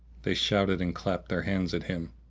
they shouted and clapped their hands at him,